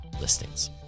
listings